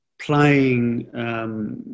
playing